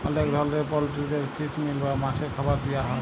অলেক ধরলের পলটিরিদের ফিস মিল বা মাছের খাবার দিয়া হ্যয়